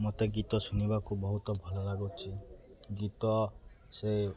ମୋତେ ଗୀତ ଶୁଣିବାକୁ ବହୁତ ଭଲ ଲାଗୁଛି ଗୀତ ସେ